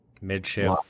Midship